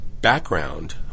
background